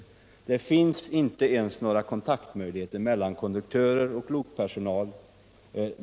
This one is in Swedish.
Det finns inte ens några kommunikationsmöjligheter mellan konduktörer och lokpersonal.